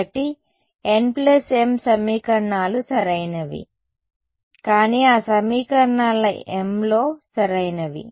కాబట్టి nm సమీకరణాలు సరైనవి కానీ ఆ సమీకరణాల m లో సరైనవి